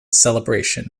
celebration